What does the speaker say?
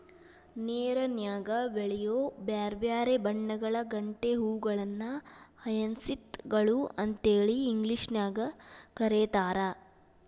ನೇರನ್ಯಾಗ ಬೆಳಿಯೋ ಬ್ಯಾರ್ಬ್ಯಾರೇ ಬಣ್ಣಗಳ ಗಂಟೆ ಹೂಗಳನ್ನ ಹಯಸಿಂತ್ ಗಳು ಅಂತೇಳಿ ಇಂಗ್ಲೇಷನ್ಯಾಗ್ ಕರೇತಾರ